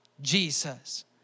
Jesus